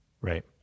Right